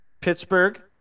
Pittsburgh